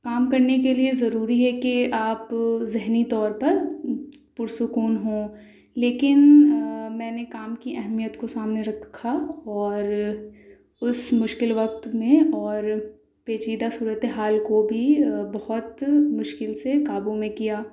کام کرنے کے لیے ضروری ہے کہ آپ ذہنی طور پر پرسکون ہوں لیکن میں نے کام کی اہمیت کو سامنے رکھا اور اس مشکل وقت میں اور پیچیدہ صورت حال کو بھی بہت مشکل سے قابو میں کیا